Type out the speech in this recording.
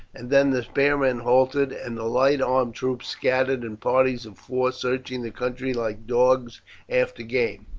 and then the spearmen halted and the light armed troops scattered in parties of four searching the country like dogs after game.